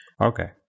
Okay